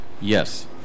Yes